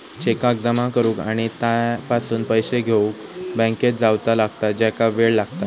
चेकाक जमा करुक आणि त्यापासून पैशे घेउक बँकेत जावचा लागता ज्याका वेळ लागता